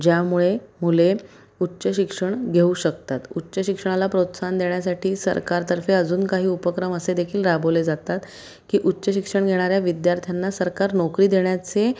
ज्यामुळे मुले उच्च शिक्षण घेऊ शकतात उच्च शिक्षणाला प्रोत्साहन देण्यासाठी सरकारतर्फे अजून काही उपक्रम असे देखील राबवले जातात की उच्च शिक्षण घेणाऱ्या विद्यार्थ्यांना सरकार नोकरी देण्याचे